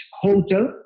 hotel